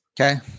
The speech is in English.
Okay